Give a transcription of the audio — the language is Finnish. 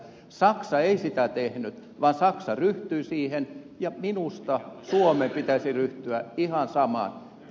saksa ei sitä tehnyt vaan saksa ryhtyi siihen ja minusta suomen pitäisi ryhtyä ihan samaan